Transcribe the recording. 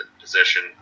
position